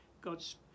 God's